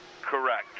Correct